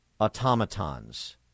automatons